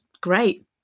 great